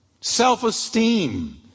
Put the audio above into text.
self-esteem